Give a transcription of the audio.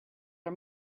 are